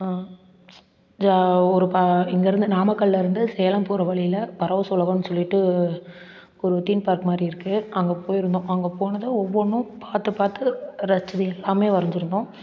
ஜா ஒரு பா இங்கேருந்து நாமக்கல்லேருந்து சேலம் போகிற வழியில் பரவச உலகன்னு சொல்லிட்டு ஒரு தீம் பார்க் மாதிரி இருக்குது அங்கே போயிருந்தோம் அங்கே போனதும் ஒவ்வொன்றும் பார்த்து பார்த்து ரசிச்சது எல்லாமே வரைஞ்சிருந்தோம்